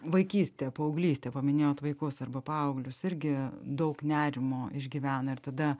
vaikystė paauglystė paminėjot vaikus arba paauglius irgi daug nerimo išgyvena ir tada